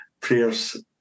Prayer's